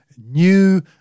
new